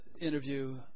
interview